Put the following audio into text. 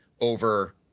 over